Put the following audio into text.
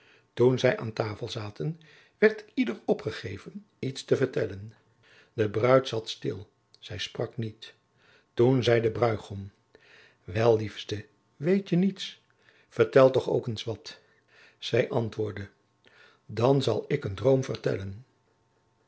toen zij aan tafel zaten werd ieder opgegeven iets te vertellen de bruid zat stil zij sprak niet toen zei de bruigom wel liefste weet je niets vertel toch ook eens wat zij antwoordde dan zal ik een droom vertellen